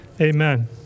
Amen